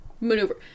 maneuver